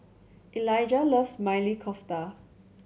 Eliga loves Maili Kofta